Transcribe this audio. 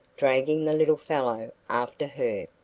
dragging the little fellow after her.